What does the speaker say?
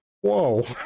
Whoa